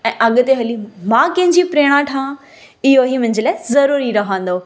ऐं अॻिते हली मां कंहिंजी प्रेरणा ठहां इहो ई मुंहिंजे लाइ ज़रूरी रहंदो